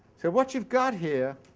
so what you've got here